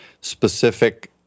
specific